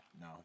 no